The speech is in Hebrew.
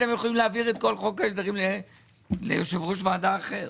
אתם יכולים להעביר את כל חוק ההסדרים ליושב ראש ועדה אחרת.